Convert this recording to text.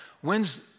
When's